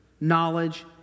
knowledge